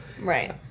Right